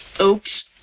Oops